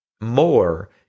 more